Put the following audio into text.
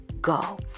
go